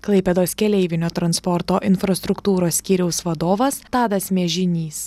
klaipėdos keleivinio transporto infrastruktūros skyriaus vadovas tadas mėžinys